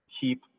keep